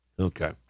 Okay